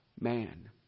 Man